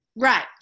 right